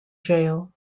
jail